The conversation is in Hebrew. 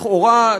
לכאורה,